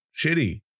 shitty